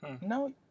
no